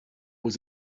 was